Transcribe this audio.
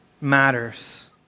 matters